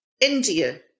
India